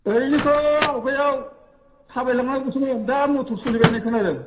ओरैनोथ' आगोलाव थाबायलांनांगौसोमोन दा मटर सोलिबाय होननाय खोनादों